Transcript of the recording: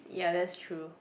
ya that's true